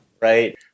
right